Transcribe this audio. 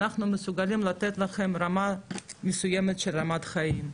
אנחנו מסוגלים לתת לכם רמה מסוימת של רמת חיים,